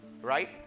right